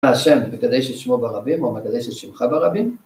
השם מקדש את שמו ברבים או מקדש את שמך ברבים